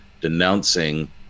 denouncing